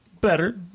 Better